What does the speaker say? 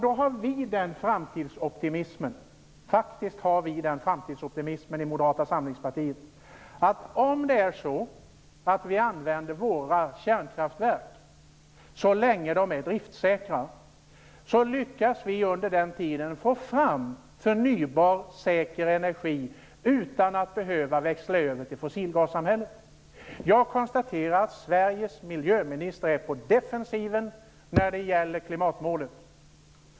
Vi har i Moderata samlingspartiet faktiskt en sådan framtidsoptimism att vi tror att om vi använder våra kärnkraftverk så länge de är driftssäkra så lyckas vi under den tiden få fram förnybar, säker energi utan att behöva växla över till fossilgassamhället. Jag konstaterar att Sveriges miljöminister är på defensiven när det gäller klimatmålet.